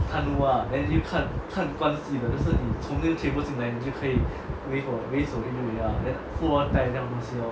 探望 then 又看关系的就是你从这个 chamber 进来你就可以为缩阴雨 ah then 富二代这样的意思 lor